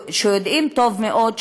שיודעים טוב מאוד,